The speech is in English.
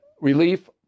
relief